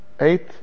Eight